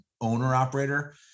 owner-operator